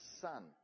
son